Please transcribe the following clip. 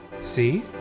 See